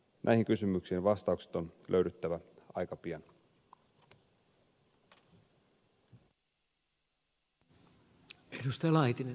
näihin kysymyksiin vastauksien on löydyttävä aika pian